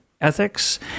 ethics